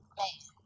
man